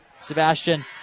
Sebastian